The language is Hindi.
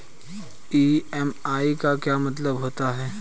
ई.एम.आई का क्या मतलब होता है?